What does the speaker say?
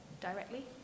directly